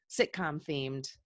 sitcom-themed